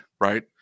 Right